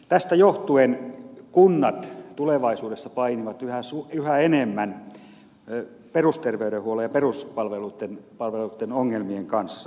tästä johtuen kunnat tulevaisuudessa painivat yhä enemmän perusterveydenhuollon ja peruspalveluitten ongelmien kanssa